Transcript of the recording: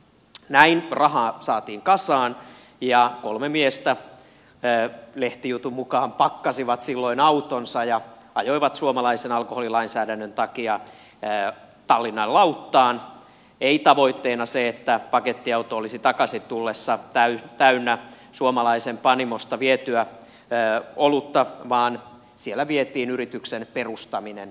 näin rahaa saatiin kasaan ja kolme miestä lehtijutun mukaan pakkasi silloin autonsa ja ajoi suomalaisen alkoholilainsäädännön takia tallinnan lauttaan ei tavoitteena se että pakettiauto olisi takaisin tullessa täynnä suomalaisen panimosta vietyä olutta vaan siellä vietiin yrityksen perustaminen viroon